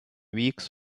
weeks